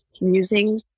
using